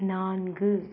நான்கு